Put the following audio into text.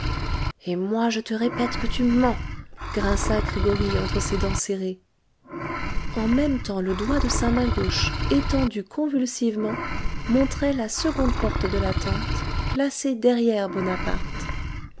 et moi je te répète que tu mens grinça gregoryi entre ses dents serrées en même temps le doigt de sa main gauche étendu convulsivement montrait la seconde porte de la tente placée derrière bonaparte